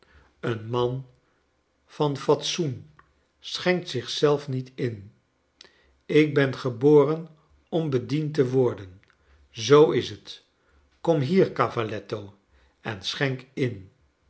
een man van fatsoen schenkt zich zelf niet in ik ben geboren om bediend te worden zoo is j t kom hier cavalletto en schenk in